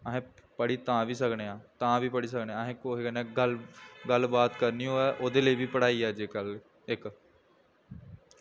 असें पढ़ी तां बी सकने आं तां बी पढ़ी सकने आं अस कुसै कन्नै गल्ल गल्लबात बी करनी होऐ तां ओह्दे लेई बी पढ़ाई अज्जकल इक